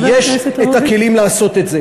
ויש כלים לעשות את זה.